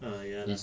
ah ya lah